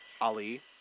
Ali